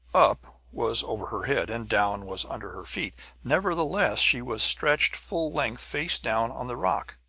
up was over her head, and down was under her feet nevertheless, she was stretched full length, face down, on the rock.